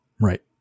right